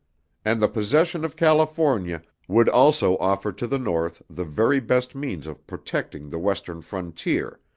and the possession of california would also offer to the north the very best means of protecting the western frontier,